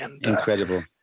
Incredible